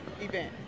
event